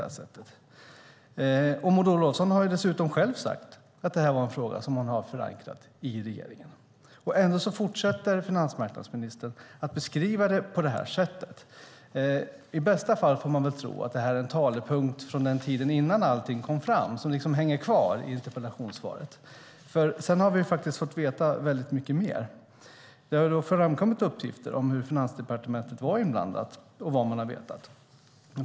Maud Olofsson har dessutom sagt att hon förankrade denna fråga i regeringen. Ändå fortsätter finansmarknadsministern att beskriva det på detta sätt. I bästa fall får vi väl tro att det är en talepunkt från tiden innan allt kom fram som liksom hänger kvar i interpellationssvaret, för sedan har vi ju fått veta mycket mer. Det har ju framkommit uppgifter om hur Finansdepartementet var inblandat och vad man har vetat.